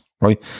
right